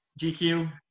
GQ